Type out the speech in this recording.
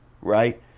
Right